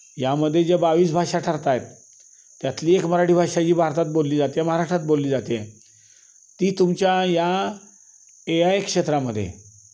यामध्ये ज्या बावीस भाषा ठरत आहेत त्यातली एक मराठी भाषा जी भारतात बोलली जाते महाराष्ट्रात बोलली जाते ती तुमच्या या ए आय क्षेत्रामध्ये